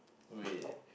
wait